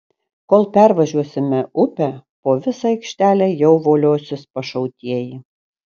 kol pervažiuosime upę po visą aikštelę jau voliosis pašautieji